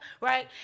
right